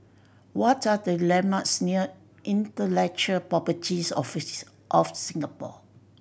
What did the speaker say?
what are the landmarks near Intellectual Property Office of Singapore